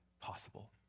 possible